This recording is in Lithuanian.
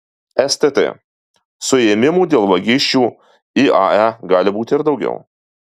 stt suėmimų dėl vagysčių iae gali būti ir daugiau